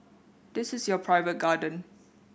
this is your private garden